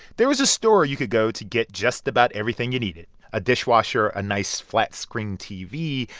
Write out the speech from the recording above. there was a store you could go to get just about everything you needed a dishwasher, a nice flat-screen tv,